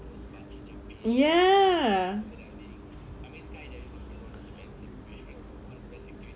ya